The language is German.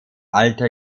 alter